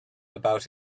about